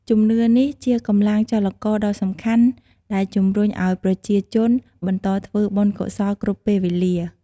ជំនឿនេះជាកម្លាំងចលករដ៏សំខាន់ដែលជំរុញឱ្យប្រជាជនបន្តធ្វើបុណ្យកុសលគ្រប់ពេលវេលា។